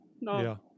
No